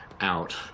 out